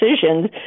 decisions